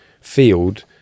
field